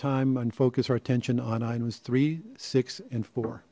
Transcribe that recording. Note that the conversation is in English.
time and focus our attention on iowa's three six and four